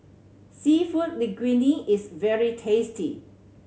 Seafood Linguine is very tasty